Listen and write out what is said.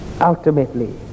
ultimately